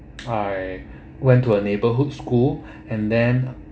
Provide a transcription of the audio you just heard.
I went to a neighbourhood school and then